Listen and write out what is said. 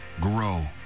grow